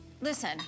Listen